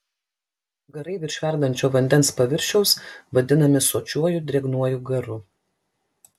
garai virš verdančio vandens paviršiaus vadinami sočiuoju drėgnuoju garu